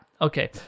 okay